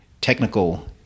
technical